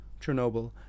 Chernobyl